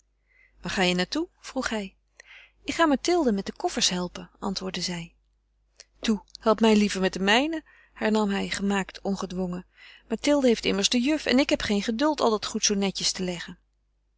waar ga je naar toe vroeg hij ik ga mathilde met de koffers helpen antwoordde zij toe help mij liever met de mijne hernam hij gemaakt ongedwongen mathilde heeft immers de juf en ik heb geen geduld al dat goed zoo netjes te leggen